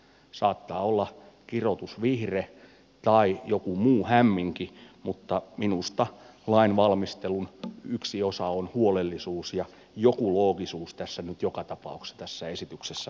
saattaa olla kirotusvihre tai joku muu hämminki mutta minusta lainvalmistelun yksi osa on huolellisuus ja joku loogisuus nyt joka tapauksessa tässä esityksessä pettää